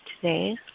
today